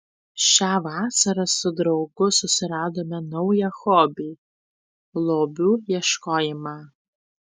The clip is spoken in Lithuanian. šią vasarą su draugu susiradome naują hobį lobių ieškojimą